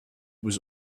was